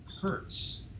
hurts